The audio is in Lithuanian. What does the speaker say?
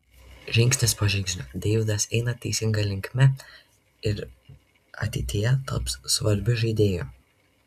žingsnis po žingsnio deividas eina teisinga linkme ir ateityje taps svarbiu žaidėju